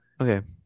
Okay